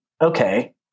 okay